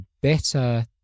better